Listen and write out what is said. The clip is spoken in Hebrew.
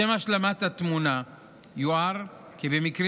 לשם השלמת התמונה יוער כי במקרים